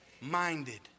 minded